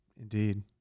Indeed